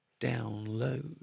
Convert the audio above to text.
download